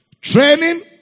Training